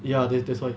ya that's that's why